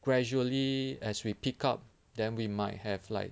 gradually as we pick up then we might have like